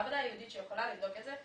מעבדה ייעודית שיכולה לבדוק את זה,